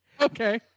okay